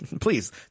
Please